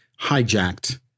hijacked